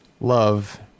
love